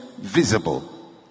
visible